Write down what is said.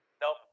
Nope